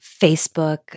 Facebook